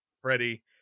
Freddie